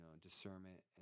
discernment